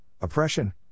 oppression